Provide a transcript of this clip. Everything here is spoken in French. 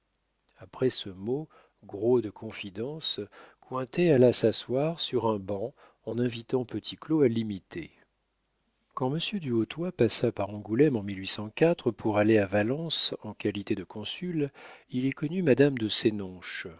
après ce mot gros de confidences cointet alla s'asseoir sur un banc en invitant petit claud à l'imiter quand monsieur du hautoy passa par angoulême en pour aller à valence en qualité de consul il y connut madame de